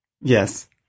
Yes